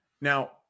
Now